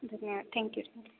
धन्यवाद thank you thank you